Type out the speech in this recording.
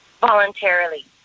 voluntarily